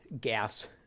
gas